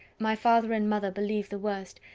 my father and mother believe the worst,